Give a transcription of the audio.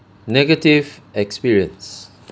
negative experience